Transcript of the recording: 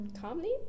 calmly